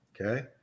Okay